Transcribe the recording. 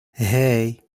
hey